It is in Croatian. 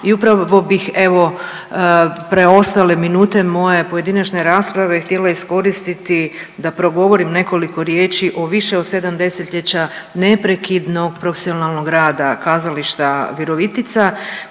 i upravo bih evo preostale minute moje pojedinačne rasprave htjela iskoristiti da progovorim nekoliko riječi o više od 7 desetljeća neprekidnog profesionalnog rada Kazališta Virovitica